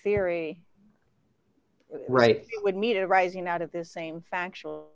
theory right would meet arising out of this same factual